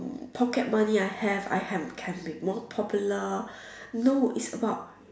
pocket money I have I have can be more popular no it's about